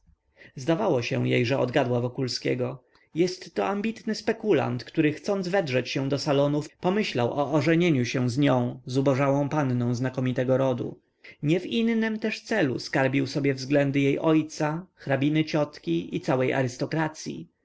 jej się że odgadła wokulskiego jestto ambitny spekulant który chcąc wedrzeć się do salonów pomyślał o ożenieniu się z nią zubożałą panną znakomitego rodu nie w innym też celu skarbił sobie względy jej ojca hrabiny ciotki i całej